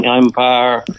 Empire